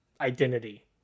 identity